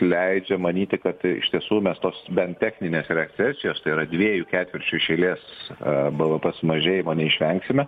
leidžia manyti kad iš tiesų mes tos bent techninės recesijos tai yra dviejų ketvirčių iš eilės bvp sumažėjimo neišvengsime